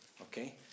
Okay